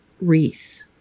wreath